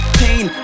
pain